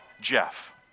Jeff